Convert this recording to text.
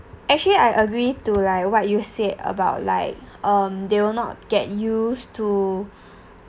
actually I agree to like what you said about like um they will not get used to